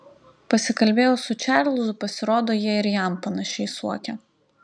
pasikalbėjau su čarlzu pasirodo jie ir jam panašiai suokia